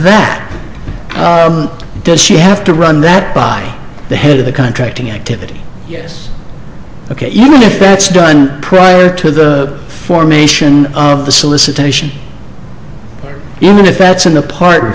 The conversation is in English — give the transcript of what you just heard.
that does she have to run that by the head of the contracting activity yes ok and if that's done prior to the formation of the solicitation even if that's an apartment